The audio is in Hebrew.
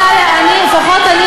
זה קשור לעמדות פוליטיות.